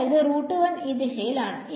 അതായത് ഈ ദിശയിൽ ആണ്